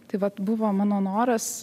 tai vat buvo mano noras